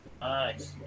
Nice